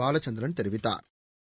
பாலச்சந்திரன் தெரிவித்தாா்